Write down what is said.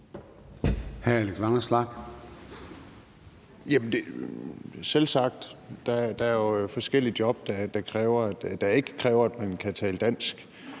Selvsagt er der forskellige job, der ikke kræver, at man kan tale dansk.